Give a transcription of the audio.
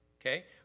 okay